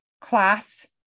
class